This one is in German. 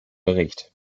bericht